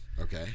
okay